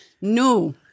No